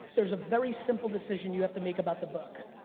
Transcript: there's a very simple decision you have to make about the book.